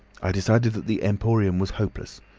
i decided that the emporium was hopeless,